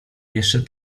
jeszcze